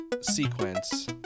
sequence